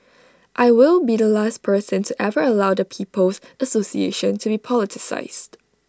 I will be the last person to ever allow the people's association to be politicised